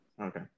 Okay